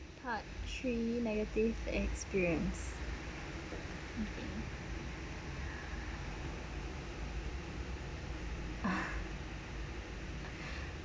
part three negative experience ah